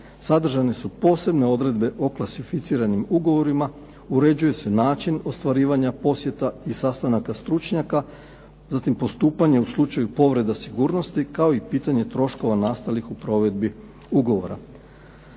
Sadržane su posebne odredbe o klasificiranim ugovorima, uređuje se način ostvarivanja posjeta i sastanaka stručnjaka, zatim postupanje u slučaju povreda sigurnosti kao i pitanje troškova nastalih u provedbi ugovora.